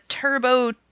Turbo